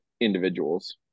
individuals